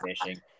fishing